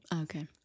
Okay